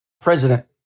President